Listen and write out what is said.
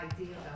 idea